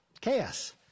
Chaos